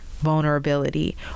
vulnerability